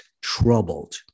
troubled